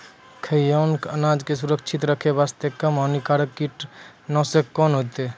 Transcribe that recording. खैहियन अनाज के सुरक्षित रखे बास्ते, कम हानिकर कीटनासक कोंन होइतै?